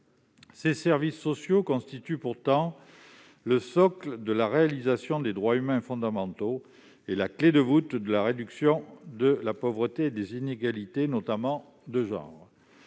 Ces services sociaux de base constituent pourtant le socle de la réalisation des droits humains fondamentaux et la clé de voûte de la réduction de la pauvreté et des inégalités, notamment de genre.